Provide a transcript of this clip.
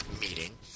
meeting